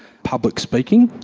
public speaking,